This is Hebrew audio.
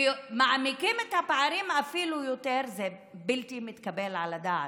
ומעמיקים את הפערים אפילו יותר זה בלתי מתקבל על הדעת.